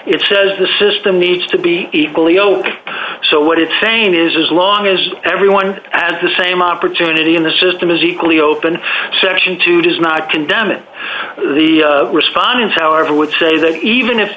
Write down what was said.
it says the system needs to be equally ok so what it's saying is as long as everyone as the same opportunity and the system is equally open session today is not condemning the respondents however would say that even if